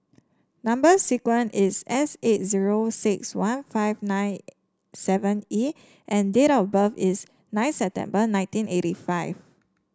number sequence is S eight zero six one five nine seven E and date of birth is nine September nineteen eighty five